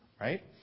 Right